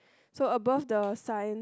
so above the sign